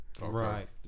Right